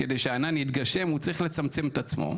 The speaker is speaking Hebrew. כדי שהעניין יתגשם הוא צריך לצמצם את עצמו,